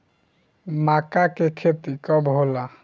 मक्का के खेती कब होला?